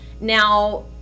now